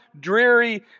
dreary